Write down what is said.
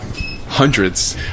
Hundreds